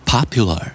Popular